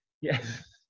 yes